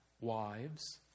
wives